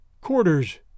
Quarters